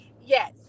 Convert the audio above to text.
Yes